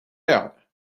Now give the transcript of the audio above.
out